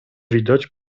widać